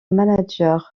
manager